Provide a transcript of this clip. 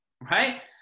Right